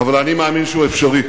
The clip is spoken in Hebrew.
אבל אני מאמין שהוא אפשרי.